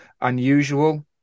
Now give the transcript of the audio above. unusual